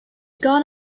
gone